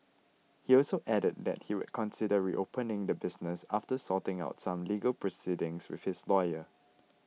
he also added that he would consider reopening the business after sorting out some legal proceedings with his lawyer